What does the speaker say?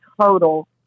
total